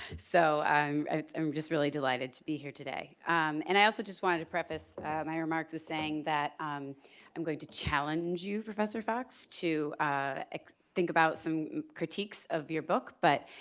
so i'm um just really delighted to be here today and i also just wanted to preface my remarks was saying that i'm going to challenge you, professor fox to think about some critiques of your book, but